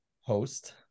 host